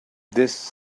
this